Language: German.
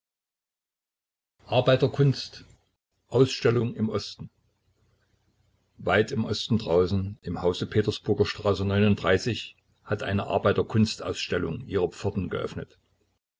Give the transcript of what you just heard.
arbeiterkunst ausstellung im osten weit im osten draußen im hause petersburger str hat eine arbeiterkunstausstellung ihre pforten geöffnet